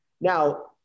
Now